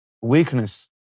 weakness